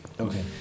Okay